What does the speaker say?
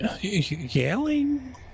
Yelling